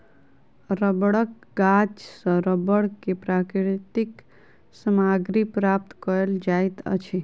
रबड़क गाछ सॅ रबड़ के प्राकृतिक सामग्री प्राप्त कयल जाइत अछि